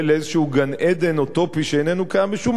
גן-עדן אוטופי שאיננו קיים באיזה מקום,